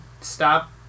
stop